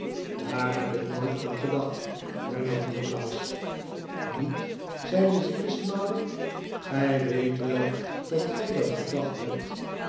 daar heb ik nooit aan gedacht hernam nikolaas niet zei de zieke smalend gij weet wel dat gij dat gedaeht hebt